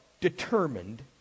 determined